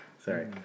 Sorry